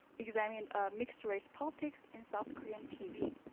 examining ah mixed-race politics in south korean tv.